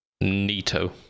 Nito